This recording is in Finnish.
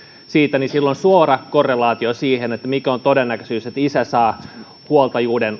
niistä on suora korrelaatio siihen mikä on todennäköisyys että isä saa lastensa huoltajuuden